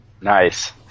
Nice